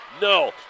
No